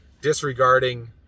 disregarding